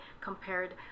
compared